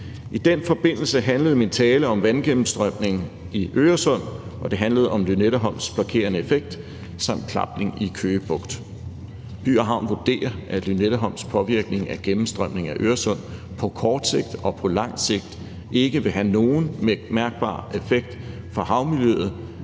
I den forbindelse handlede min tale om vandgennemstrømningen i Øresund, og den handlede om Lynetteholms blokerende effekt samt klapning i Køge Bugt. By & Havn vurderer, at Lynetteholms påvirkning af gennemstrømningen af Øresund på kort sigt og på lang sigt ikke vil have nogen mærkbar effekt for havmiljøet,